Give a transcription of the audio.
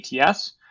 ATS